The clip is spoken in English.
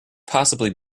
possibly